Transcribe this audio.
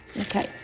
Okay